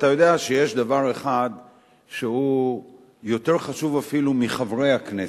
ואתה יודע שיש דבר אחד שהוא יותר חשוב אפילו מחברי הכנסת,